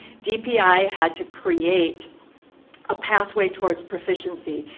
dpi had to create a pathway towards proficiency.